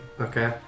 Okay